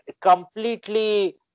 completely